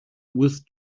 with